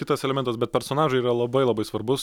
kitas elementas bet personažai yra labai labai svarbus